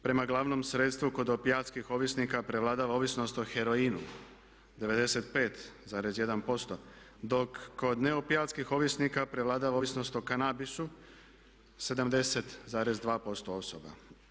Prema glavnom sredstvu kod opijatskih ovisnika prevladava ovisnost o heroinu, 95,1%, dok kod ne opijatskih ovisnika prevladava ovisnost o kanabisu, 70,2% osoba.